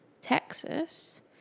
Texas